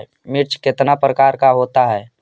मिर्ची कितने प्रकार का होता है?